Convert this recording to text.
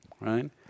right